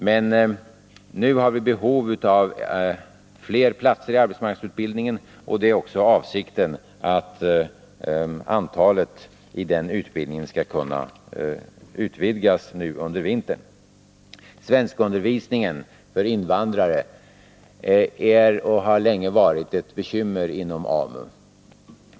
Men nu har vi behov av flera platser i arbetsmarknadsutbildningen, och det är också avsikten att antalet i den utbildningen skall kunna utvidgas nu under vintern. Svenskundervisningen för invandrare är och har länge varit ett bekymmer inom AMU.